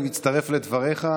אני מצטרף לדבריך.